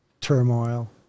turmoil